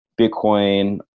Bitcoin